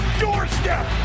doorstep